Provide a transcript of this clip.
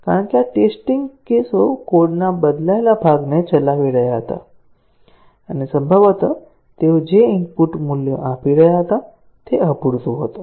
કારણ કે આ ટેસ્ટીંગ કેસો કોડના બદલાયેલા ભાગને ચલાવી રહ્યા હતા અને સંભવત તેઓ જે ઇનપુટ મૂલ્યો આપી રહ્યા હતા તે અપૂરતું હતું